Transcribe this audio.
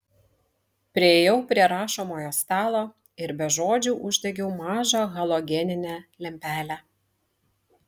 priėjau prie rašomojo stalo ir be žodžių uždegiau mažą halogeninę lempelę